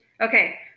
Okay